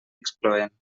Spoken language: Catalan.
excloent